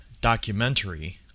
documentary